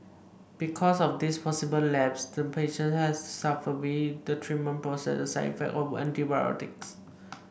because of this possible lapse the patient has to suffer be it the treatment process the side effects of antibiotics